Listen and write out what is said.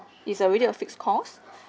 is already a fixed cost